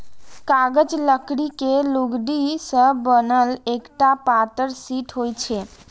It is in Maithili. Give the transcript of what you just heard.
कागज लकड़ी के लुगदी सं बनल एकटा पातर शीट होइ छै